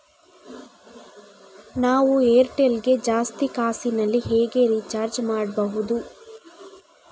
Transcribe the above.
ನಾವು ಏರ್ಟೆಲ್ ಗೆ ಜಾಸ್ತಿ ಕಾಸಿನಲಿ ಹೇಗೆ ರಿಚಾರ್ಜ್ ಮಾಡ್ಬಾಹುದು?